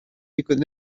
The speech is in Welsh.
digwydd